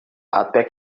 até